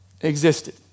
existed